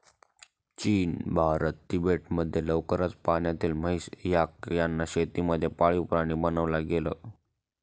चीन, भारत, तिबेट मध्ये लवकरच पाण्यातली म्हैस, याक यांना शेती मध्ये पाळीव प्राणी बनवला गेल